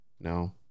No